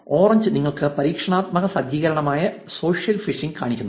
orange നിങ്ങൾക്ക് പരീക്ഷണാത്മക സജ്ജീകരണമായ സോഷ്യൽ ഫിഷിംഗ് കാണിക്കുന്നു